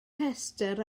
rhestr